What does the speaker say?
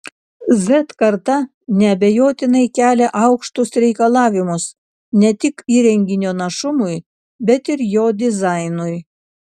z karta neabejotinai kelia aukštus reikalavimus ne tik įrenginio našumui bet ir jo dizainui